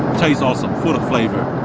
tastes awesome full of flavour.